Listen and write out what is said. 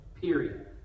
Period